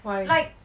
why